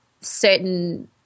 certain